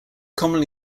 commonly